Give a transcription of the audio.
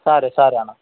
సరే సరే అన్న